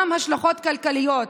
גם השלכות כלכליות,